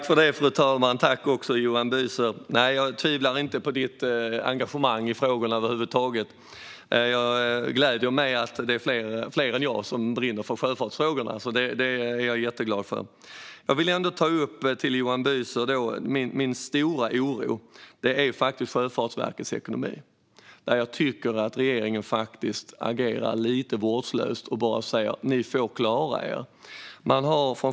Fru talman! Jag tvivlar inte på Johan Büsers engagemang i dessa frågor. Det gläder mig att det är fler än jag som brinner för sjöfartsfrågorna. Det är jag jätteglad för. Jag vill ändå ta upp min stora oro, Johan Büser, och det är Sjöfartsverkets ekonomi. Här tycker jag att regeringen agerar lite vårdslöst när den bara säger: Ni får klara er.